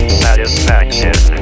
satisfaction